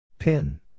Pin